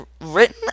written